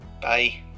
Bye